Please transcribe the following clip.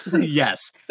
Yes